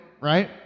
right